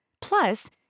Plus